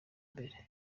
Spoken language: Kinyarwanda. mbere